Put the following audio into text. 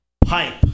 pipe